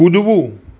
કૂદવું